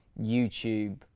YouTube